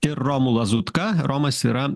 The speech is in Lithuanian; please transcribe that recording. ir romu lazutka romas yra